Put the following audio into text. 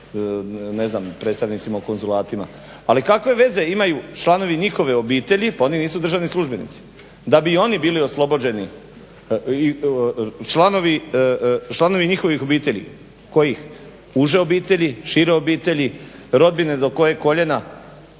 ne znam predstavnicima u konzulatima. Ali kakve veze imaju članovi njihove obitelji pa oni nisu državni službenici da bi i oni bili oslobođeni članovi njihovih obitelji. Kojih? Uže obitelji, šire obitelji, rodbine do kojeg koljena?